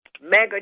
mega